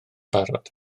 barod